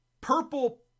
purple